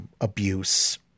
abuse